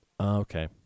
Okay